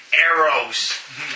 arrows